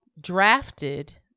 drafted